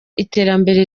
iterambere